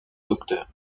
docteur